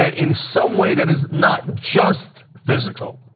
ah in some way that is not just physical.